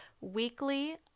weekly